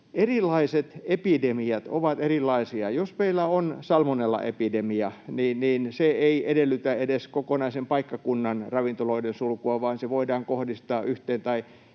erilaiset epidemiat ovat erilaisia. Jos meillä on salmonellaepidemia, niin se ei edellytä edes kokonaisen paikkakunnan ravintoloiden sulkua vaan se voidaan kohdistaa yhteen tai